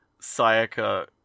Sayaka